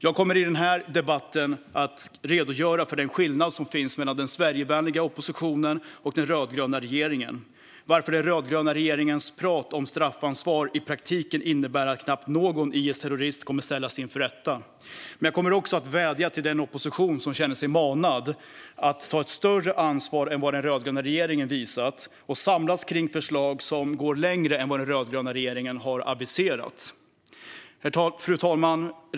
Jag kommer i den här debatten att redogöra för den skillnad som finns mellan den Sverigevänliga oppositionen och den rödgröna regeringen och varför den rödgröna regeringens prat om straffansvar i praktiken innebär att knappt någon IS-terrorist kommer att ställas inför rätta. Jag kommer också att vädja till den opposition som känner sig manad att ta ett större ansvar än vad den rödgröna regeringen visat och samlas kring förslag som går längre än vad den rödgröna regeringen har aviserat. Fru talman!